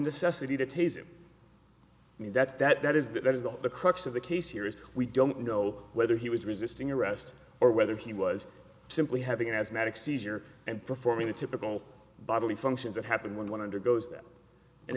necessity to tase him and that's that is that is the the crux of the case here is we don't know whether he was resisting arrest or whether he was simply having an asthmatic seizure and performing the typical bodily functions that happen when one undergoes that and